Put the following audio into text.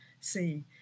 see